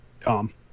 Tom